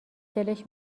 دلش